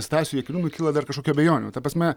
stasiui jakeliūnui kyla dar kažkokių abejonių ta prasme